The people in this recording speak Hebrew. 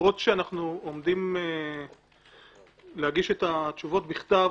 למרות שאנחנו עומדים להגיש את התשובות בכתב,